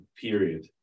period